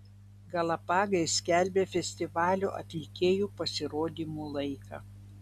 galapagai skelbia festivalio atlikėjų pasirodymų laiką